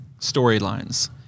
storylines